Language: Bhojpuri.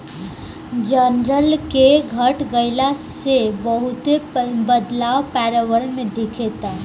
जंगल के घट गइला से बहुते बदलाव पर्यावरण में दिखता